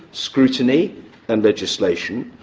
scrutiny and legislation,